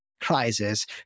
crisis